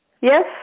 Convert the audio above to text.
Yes